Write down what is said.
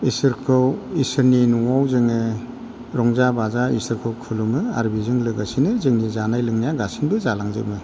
इसोरखौ इसोरनि न'आव जोङो रंजा बाजा इसोरखौ खुलुमो आरो बिजों लोगोसेनो जोंनि जानाय लोंनाया गासिबो जालांजोबो